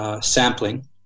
sampling